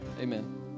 Amen